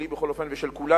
שלי בכל אופן, ושל כולנו,